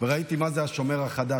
וראיתי מה זה השומר החדש,